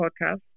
podcast